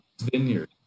Vineyard